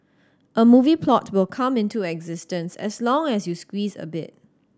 a movie plot will come into existence as long as you squeeze a bit